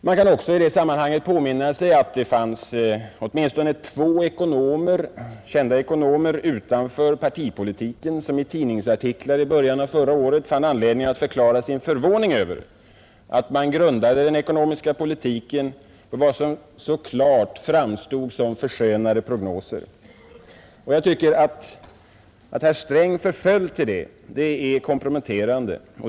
Man kan i detta sammanhang även påminna sig att åtminstone två kända ekonomer utanför partipolitiken i tidningsartiklar i början av förra året fann anledning förklara sin förvåning över att man grundat den ekonomiska politiken på vad som så klart framstod som förskönande prognoser. Att herr Sträng förföll till detta, anser jag komprometterande.